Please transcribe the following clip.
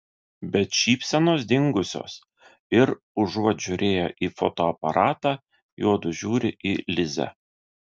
bet šypsenos dingusios ir užuot žiūrėję į fotoaparatą juodu žiūri į lizę